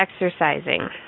exercising